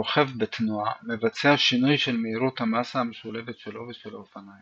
הרוכב בתנועה מבצע שינוי של מהירות המסה המשולבת שלו ושל האופניים.